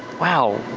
wow,